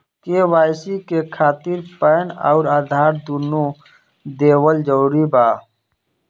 KYC खातिर PAN आउर आधार दुनों देवल जरूरी बा?